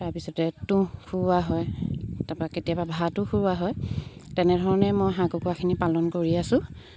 তাৰপিছতে তুঁহ খুওৱা হয় তাৰপাকেতিয়াবা ভাতো খুওৱা হয় তেনেধৰণে মই হাঁহ কুকুৰাখিনি কৰি আছোঁ